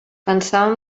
pensava